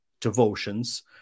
devotions